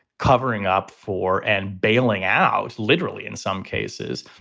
covering up for and bailing out literally in some cases,